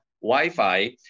Wi-Fi